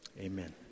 Amen